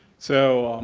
so,